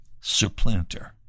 supplanter